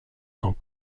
tant